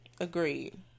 Agreed